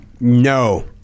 No